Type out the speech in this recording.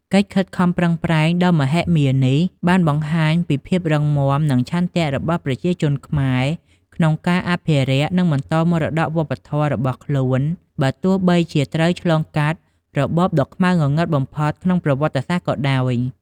កិច្ចខិតខំប្រឹងប្រែងដ៏មហិមានេះ បានបង្ហាញពីភាពរឹងមាំ និងឆន្ទៈរបស់ប្រជាជនខ្មែរក្នុងការអភិរក្ស និងបន្តមរតកវប្បធម៌របស់ខ្លួន បើទោះបីជាត្រូវឆ្លងកាត់របបដ៏ខ្មៅងងឹតបំផុតក្នុងប្រវត្តិសាស្ត្រក៏ដោយ។